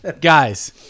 Guys